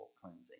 cleansing